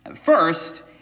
First